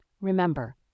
Remember